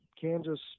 Kansas